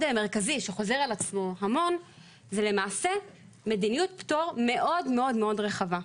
מרכזי שחוזר על עצמו המון זה למעשה מדיניות פטור מאוד רחבה.